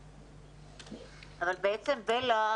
בלה,